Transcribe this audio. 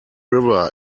river